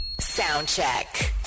Soundcheck